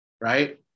right